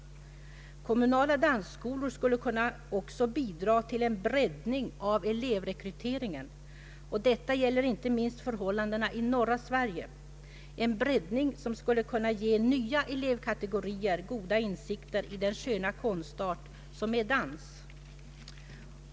Kommunala dansskolor skulle också kunna bidra till en breddning av elevrekryteringen. Detta gäller inte minst förhållandena i norra Sverige. En sådan breddning skulle kunna ge nya elevkategorier goda insikter i den sköna konstart som är dans.